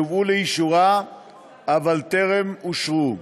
שהובאו לאישורה אבל טרם אושרו.